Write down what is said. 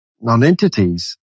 non-entities